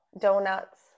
Donuts